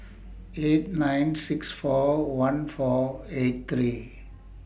eight nine six four one four eight three